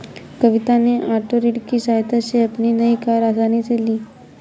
कविता ने ओटो ऋण की सहायता से अपनी नई कार आसानी से ली